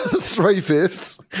Three-fifths